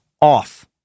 off